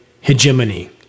hegemony